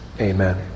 Amen